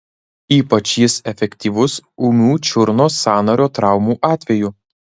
ypač jis efektyvus ūmių čiurnos sąnario traumų atveju